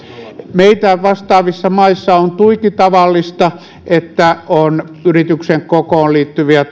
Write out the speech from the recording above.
meitä vastaavissa maissa on tuiki tavallista että on tällaisia yrityksen kokoon liittyviä